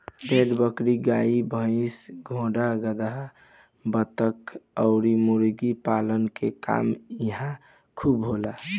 भेड़ बकरी, गाई भइस, घोड़ा गदहा, बतख अउरी मुर्गी पालन के काम इहां खूब होला